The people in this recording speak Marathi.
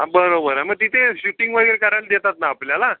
हां बरोबर आहे मग तिथे शिटिंग वगैरे करायला देतात ना आपल्याला